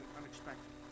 unexpected